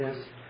yes